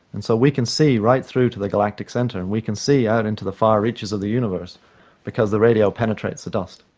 and so we can see right through to the galactic centre and we can see out and to the far reaches of the universe because the radio penetrates the dust.